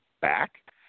back